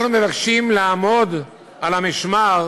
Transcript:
אנחנו מבקשים לעמוד על המשמר